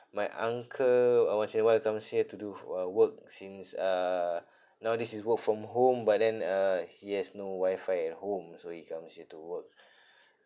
my uncle uh once in a while comes here to do f~ uh work since uh nowadays he's work from home but then uh he has no wifi at home so he comes here to work